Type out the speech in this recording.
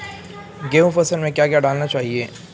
गेहूँ की फसल में क्या क्या डालना चाहिए?